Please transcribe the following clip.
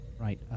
Right